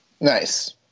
Nice